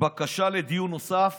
בקשה לדיון נוסף